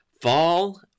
fall